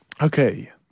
Okay